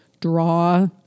draw